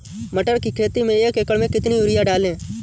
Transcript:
मटर की खेती में एक एकड़ में कितनी यूरिया डालें?